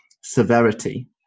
severity